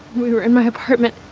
we were in my apartment.